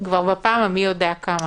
בפעם המי יודע כמה